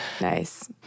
Nice